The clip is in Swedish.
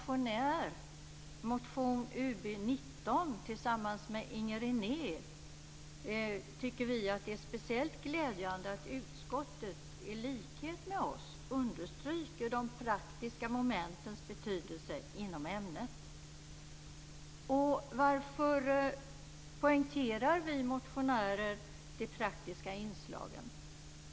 Inger René tycker jag att det är speciellt glädjande att utskottet i likhet med oss understryker de praktiska momentens betydelse inom ämnet. Varför poängterar vi motionärer de praktiska inslagen?